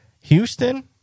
Houston